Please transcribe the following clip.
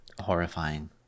horrifying